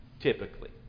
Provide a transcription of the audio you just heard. typically